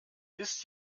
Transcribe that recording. ist